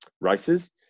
races